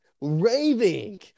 raving